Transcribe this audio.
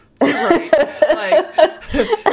Right